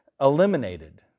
eliminated